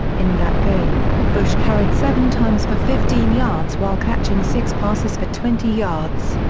in that game, bush carried seven times for fifteen yards while catching six passes for twenty yards.